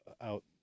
out